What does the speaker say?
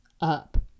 up